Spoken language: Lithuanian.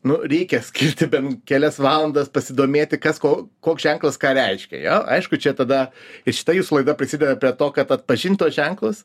nu reikia skirti bent kelias valandas pasidomėti kas ko koks ženklas ką reiškia jo aišku čia tada ir šita jūsų laida prisideda prie to kad atpažint tuos ženklus